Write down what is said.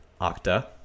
Octa